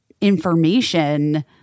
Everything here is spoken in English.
information